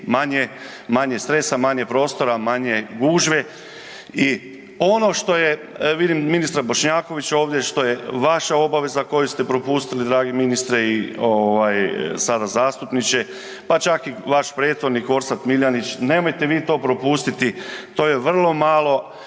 manje stresa, manje prostora, manje gužve i ono što je, vidim ministra Bošnjakovića ovdje, što je vaša obaveza koju ste propustili dragi ministre i sada zastupniče, pa čak i vaš prethodnik Orsat Miljanić, nemojte vi to propustiti, to je vrlo malo